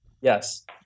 Yes